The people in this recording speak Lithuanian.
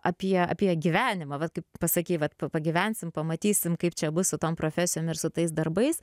apie apie gyvenimą vat kaip pasakei vat pagyvensim pamatysim kaip čia bus su tom profesijom ir su tais darbais